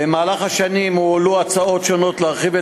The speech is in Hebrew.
במהלך השנים הועלו הצעות שונות להרחיב את